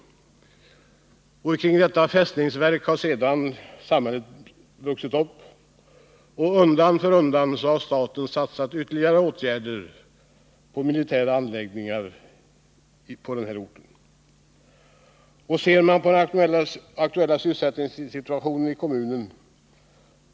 Kring detta fästningsverk har sedan samhället vuxit upp. och undan för undan har staten satsat ytterligare på militära anläggningar på denna ort. Ser vi på den aktuella sysselsättningssituationen i kommunen.